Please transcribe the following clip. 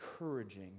encouraging